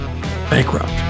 Bankrupt